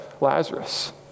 Lazarus